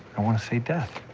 i want to say death.